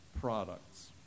products